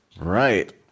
Right